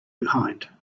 behind